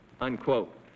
unquote